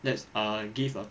let's ah give err